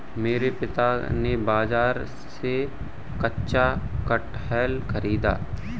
मेरे पिता ने बाजार से कच्चा कटहल खरीदा